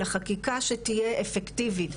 אלא חקיקה שתהיה אפקטיבית.